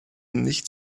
nicht